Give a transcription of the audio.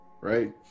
right